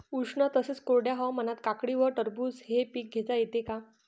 उष्ण तसेच कोरड्या हवामानात काकडी व टरबूज हे पीक घेता येते का?